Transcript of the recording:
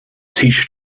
teacher